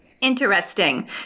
Interesting